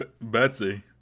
betsy